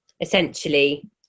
essentially